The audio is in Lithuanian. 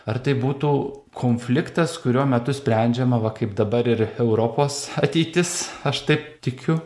ar tai būtų konfliktas kurio metu sprendžiama va kaip dabar ir europos ateitis aš taip tikiu